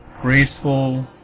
graceful